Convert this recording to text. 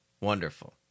Wonderful